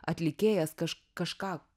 atlikėjas kaž kažką